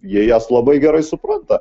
jie jas labai gerai supranta